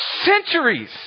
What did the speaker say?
centuries